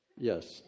Yes